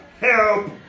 help